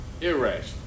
irrational